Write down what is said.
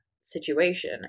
situation